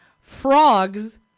Frogs